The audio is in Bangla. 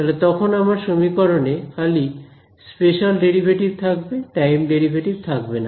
তাহলে তখন আমার সমীকরণে খালি স্পেশিয়াল ডেরিভেটিভ থাকবে টাইম ডেরিভেটিভ থাকবে না